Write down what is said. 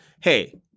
Hey